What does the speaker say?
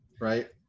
right